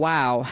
Wow